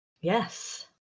Yes